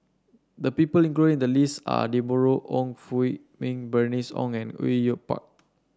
the people included in the list are Deborah Ong Hui Min Bernice Ong and Au Yue Pak